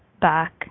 back